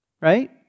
right